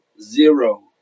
zero